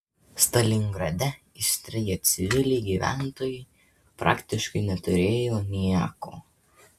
stalingrade įstrigę civiliai gyventojai praktiškai neturėjo nieko